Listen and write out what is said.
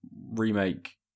remake